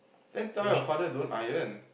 then tell your father don't iron